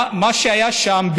מה שהיה שם,